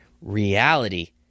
reality